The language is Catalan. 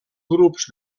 grups